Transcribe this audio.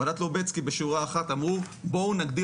ועדת לובצקי בשורה אחת אמרה: בואו נגדיל